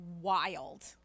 wild